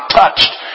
touched